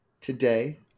today